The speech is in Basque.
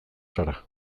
zara